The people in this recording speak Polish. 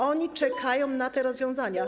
Oni czekają na te rozwiązania.